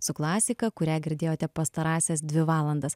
su klasika kurią girdėjote pastarąsias dvi valandas